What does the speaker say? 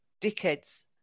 dickheads